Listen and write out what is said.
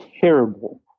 terrible